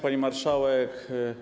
Pani Marszałek!